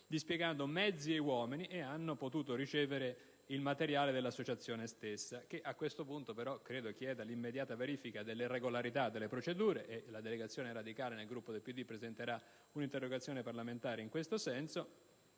dispiegando mezzi e uomini, e hanno potuto ricevere il materiale dell'Associazione stessa, che però, a questo punto, credo chieda l'immediata verifica della regolarità delle procedure (la delegazione radicale del Gruppo del Partito Democratico presenterà un'interrogazione parlamentare in tal senso),